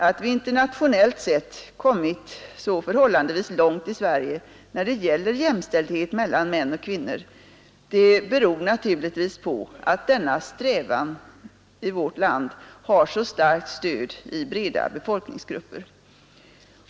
Att vi internationellt sett kommit så förhållandevis långt i vårt land i fråga om jämställdhet mellan män och kvinnor beror naturligtvis på att denna strävan i vårt land har så starkt stöd i breda befolkningsgrupper.